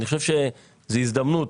אני חושב שזה הזדמנות.